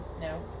No